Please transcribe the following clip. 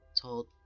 told